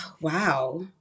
Wow